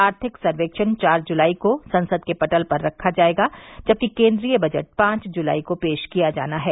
आर्थिक सर्वेक्षण चार जुलाई को संसद के पटल पर रखा जाएगा जबकि केन्द्रीय बजट पांच जुलाई को पेश किया जाना है